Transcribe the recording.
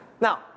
Now